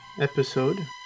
episode